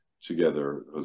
together